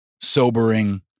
sobering